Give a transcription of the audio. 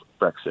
Brexit